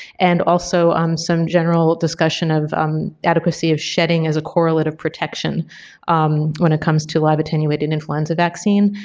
and also um some general discussion of um adequacy of shedding as a correlate of protection when it comes to live attenuated influenza vaccine.